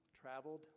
traveled